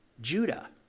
Judah